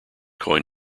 coin